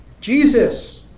Jesus